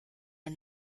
are